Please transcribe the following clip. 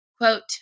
Quote